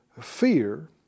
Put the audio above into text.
fear